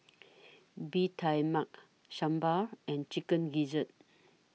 Bee Tai Mak Sambal and Chicken Gizzard